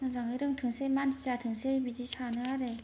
मोजाङै रोंथोंसै मानसि जाथोंसै बिदि सानो आरो